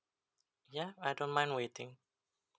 ya I don't mind waiting